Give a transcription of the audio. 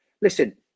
Listen